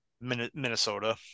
Minnesota